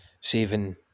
saving